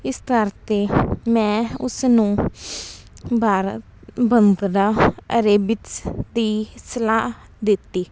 ਇਸ ਕਰਕੇ ਮੈਂ ਉਸਨੂੰ ਭਾਰਤ ਭੰਗੜਾ ਅਰੇਬਿਸਤ ਦੀ ਸਲਾਹ ਦਿੱਤੀ